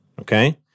Okay